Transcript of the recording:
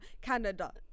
Canada